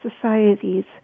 societies